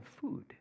food